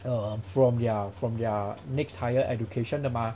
mm from their from their next higher education 的嘛